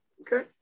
Okay